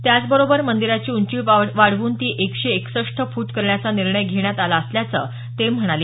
त्याचबरोबर मंदिराची उंची वाढवून ती एकसे एकसष्ट फूट करण्याचा निर्णय घेण्यात आला असल्याचं ते म्हणाले